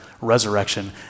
resurrection